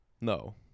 No